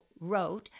wrote